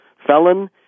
Felon